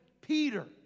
Peter